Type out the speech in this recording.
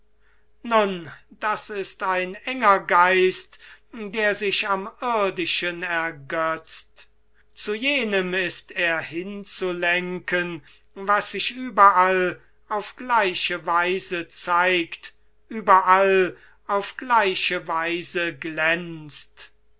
nun das ist ein enger geist der sich am irdischen ergötzt zu jenem ist er hinzulenken was sich überall auf gleiche weise zeigt überall auf gleiche weise glänzt